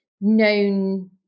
known